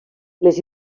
les